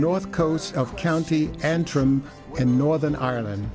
north coast of county antrim in northern ireland